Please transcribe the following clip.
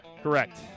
Correct